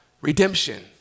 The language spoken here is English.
redemption